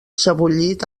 sebollit